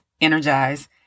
energize